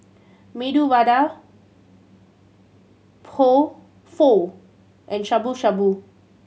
Medu Vada Pho and Shabu Shabu